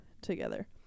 together